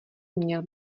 měl